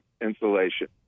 insulation